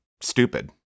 stupid